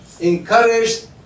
encouraged